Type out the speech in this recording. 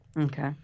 Okay